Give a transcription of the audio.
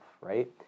right